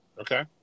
Okay